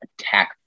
attack